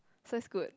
so it's good